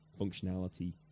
functionality